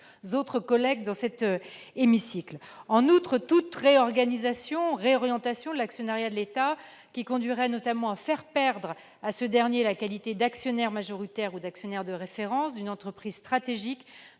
de mes collègues dans cet hémicycle ... En outre, toute réorganisation ou réorientation de l'actionnariat de l'État, qui conduirait notamment à faire perdre à ce dernier la qualité d'actionnaire majoritaire ou d'actionnaire de référence d'une entreprise stratégique,